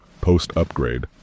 post-upgrade